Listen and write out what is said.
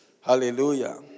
Hallelujah